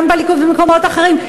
גם בליכוד ובמקומות אחרים,